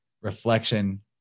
reflection